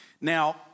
Now